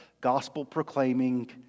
gospel-proclaiming